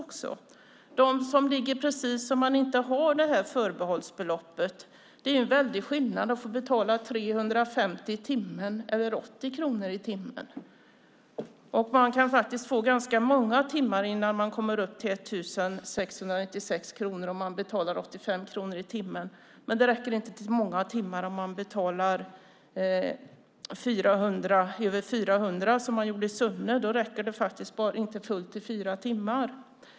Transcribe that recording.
Det finns de som ligger på gränsen och inte har förbehållsbeloppet. Då är det en väldig skillnad på att behöva betala 350 kronor i timmen jämfört med 80 kronor i timmen. Man kan få ganska många timmar innan man kommer upp i 1 696 kronor om man betalar 85 kronor i timmen. Däremot räcker det inte till många timmar om man betalar över 400 kronor i timmen, som var fallet i Sunne. Då räcker det bara till cirka fyra timmar.